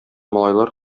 малайлар